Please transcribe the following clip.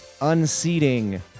unseating